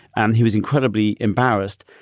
and he was incredibly embarrassed.